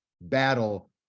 battle